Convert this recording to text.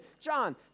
John